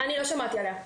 לא שמעת עליה.